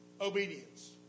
Obedience